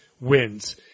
wins